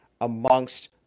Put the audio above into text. amongst